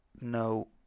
no